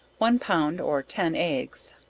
one pound or ten eggs,